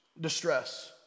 distress